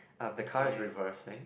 um the car is reversing